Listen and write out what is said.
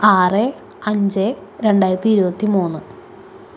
ആറ് അഞ്ച് രണ്ടായിരത്തി ഇരുപത്തിമൂന്ന്